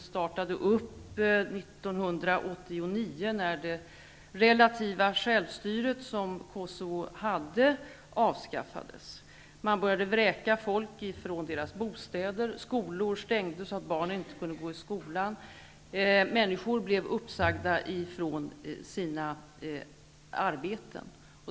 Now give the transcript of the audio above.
Den började uppstå 1989 när det relativa självstyret som Kosovo hade avskaffades. Man började vräka folk ifrån deras bostäder. Skolor stängdes så att barnen inte kunde gå i skolan. Människor blev uppsagda ifrån sina arbeten.